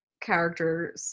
character